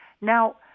Now